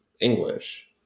English